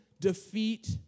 defeat